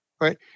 right